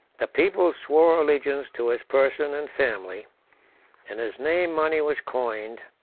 the people swore allegiance to his person and family in his name money was coined,